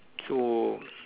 so